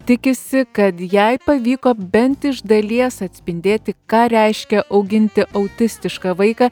tikisi kad jai pavyko bent iš dalies atspindėti ką reiškia auginti autistišką vaiką